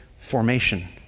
formation